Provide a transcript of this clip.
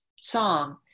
song